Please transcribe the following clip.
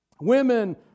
women